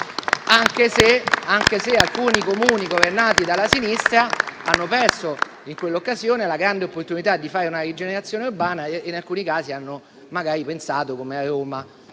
anche se, alcuni Comuni governati dalla sinistra hanno perso, in quell'occasione, la grande opportunità di attuare una rigenerazione urbana e in alcuni casi hanno pensato, come a Roma,